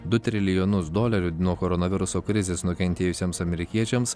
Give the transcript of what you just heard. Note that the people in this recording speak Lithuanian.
du trilijonus dolerių nuo koronaviruso krizės nukentėjusiems amerikiečiams